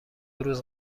روز